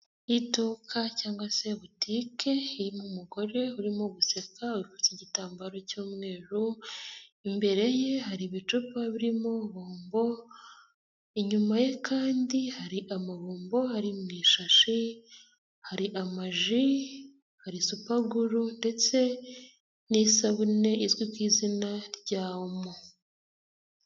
Iduka cyangwa se butike irimo umugore urimo guseka uvutse igitambaro cy'umweru, imbere ye hari ibicupa birimo bombo, inyuma ye kandi hari ama bombo ari mu ishashe ye hari amaji, hari supaguru ndetse n'isabune izwi ku izina rya omo